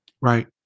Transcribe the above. Right